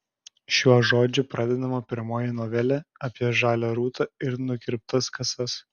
šiuo žodžiu pradedama pirmoji novelė apie žalią rūtą ir nukirptas kasas